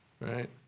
right